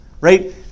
right